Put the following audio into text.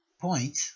point